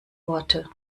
worte